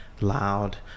loud